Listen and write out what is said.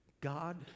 God